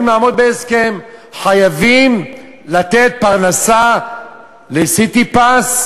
וחייבים לעמוד בהסכם, חייבים לתת פרנסה ל"סיטיפס",